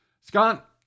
Scott